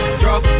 drop